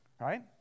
right